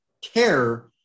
care